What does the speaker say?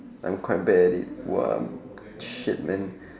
I'm quite bad at it !wah! shit man